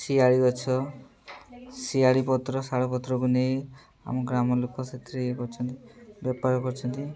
ଶିଆଳି ଗଛ ଶିଆଳି ପତ୍ର ଶାଳ ପତ୍ରକୁ ନେଇ ଆମ ଗ୍ରାମ ଲୋକ ସେଥିରେ ଇଏ କରୁଛନ୍ତି ବେପାର କରୁଛନ୍ତି